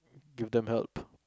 give them help